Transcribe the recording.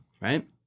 right